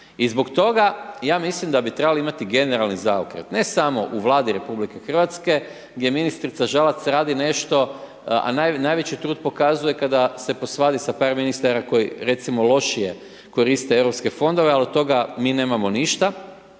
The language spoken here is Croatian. I zbog toga ja mislim da bi trebali imati generalni zaokret, ne samo u Vladi Republike Hrvatske gdje ministrica Žalac radi nešto, a najveći, najveći trud pokazuje kada se posvadi sa par ministara koji recimo lošije koriste europske fondove, a od toga mi nemamo ništa,